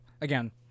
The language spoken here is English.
again